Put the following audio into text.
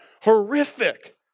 horrific